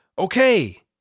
Okay